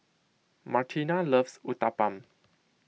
Martina loves Uthapam